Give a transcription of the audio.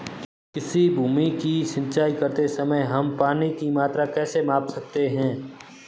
किसी भूमि की सिंचाई करते समय हम पानी की मात्रा कैसे माप सकते हैं?